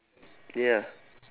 ya